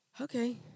okay